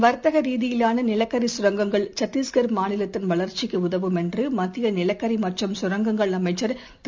வர்த்தகரீதியிவானநிலக்கரிகரங்கங்கள் சத்தீஸ்கர் மாநிலத்தின் வளர்ச்சிக்குஉதவும் என்றுமத்தியநிலக்கரிமற்றும் சுரங்கங்கள் அமைச்சர் திரு